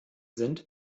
sind